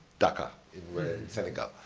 dakar, in senegal,